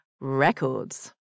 records